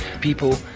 people